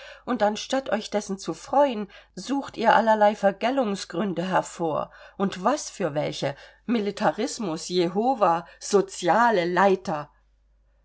und anstatt euch dessen zu freuen sucht ihr allerlei vergällungsgründe hervor und was für welche militarismus jehovah soziale leiter